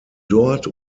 dort